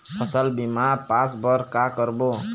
फसल बीमा पास बर का करबो?